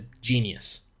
genius